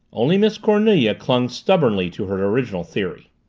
only miss cornelia clung stubbornly to her original theory.